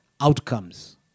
outcomes